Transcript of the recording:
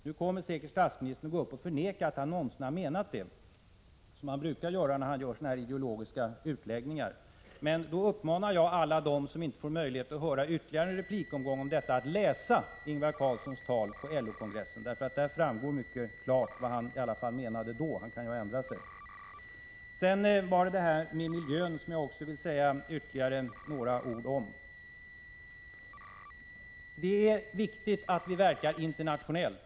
Nu kommer statsministern säkert att gå upp och förneka att han någonsin menat detta, som han brukar göra efter ha kommit med sådana här ideologiska utläggningar. Men då uppmanar jag alla dem som inte får möjlighet att höra en ytterligare replikomgång om det här att läsa Ingvar Carlssons tal på LO-kongressen. Där framgår mycket klart vad han i varje fall då menade — han kan ju ha ändrat sig. Sedan vill jag säga ytterligare några ord om miljön. Det är viktigt att vi verkar internationellt.